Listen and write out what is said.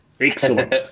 Excellent